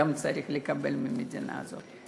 גם צריך לקבל מהמדינה הזאת.